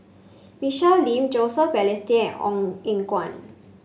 Michelle Lim Joseph Balestier and Ong Eng Guan